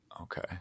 Okay